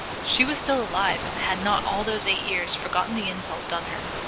she was still alive, and had not, all those eight years, forgotten the insult done her.